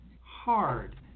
hard